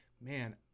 man